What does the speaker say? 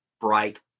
bright